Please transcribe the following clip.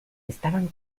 estaban